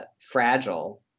fragile